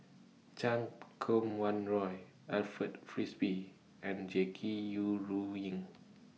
Chan Kum Wah Roy Alfred Frisby and Jackie Yi Ru Ying